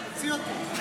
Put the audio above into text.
תוציא אותו.